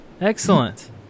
Excellent